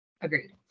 Agreed